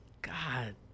God